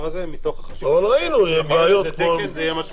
הזה מתוך --- אבל ראינו בעיות --- לא יכול